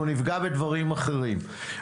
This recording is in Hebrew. אנחנו נפגע בדברים אחרים,